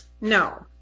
No